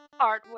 artwork